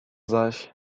zaś